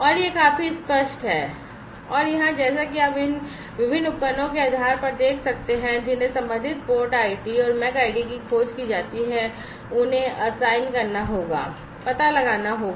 और यह काफी स्पष्ट है और यहां जैसा कि आप इन विभिन्न उपकरणों के आधार पर देख सकते हैं जिन्हें संबंधित पोर्ट आईडी और MAC आईडी की खोज की जाती है उन्हें असाइन करना होगा पता लगाना होगा